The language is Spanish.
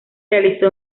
realizó